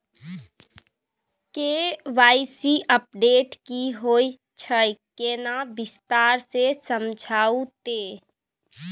KYC update की होय छै किन्ने विस्तार से समझाऊ ते?